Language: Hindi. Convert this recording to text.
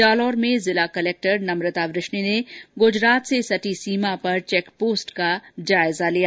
जालौर में जिला कलेक्टर नम्रता वृष्ण ने गुजरात से सटी सीमा पर चैक पोस्ट का जायजा लिया